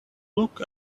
look